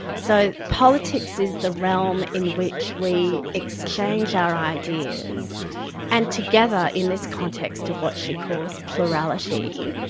so politics is the realm in which we exchange our ideas and together in this context of what she calls plurality,